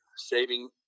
saving